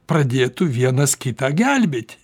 pradėtų vienas kitą gelbėti